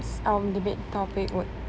um debate topic would